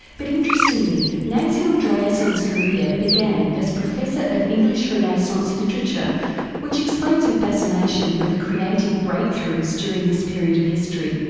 but interestingly nancy andreasen's career began as professor of english renaissance literature which explains her fascination with the creative breakthroughs during this period of history.